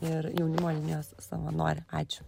ir jaunimo linijos savanorė ačiū